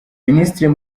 minisitiri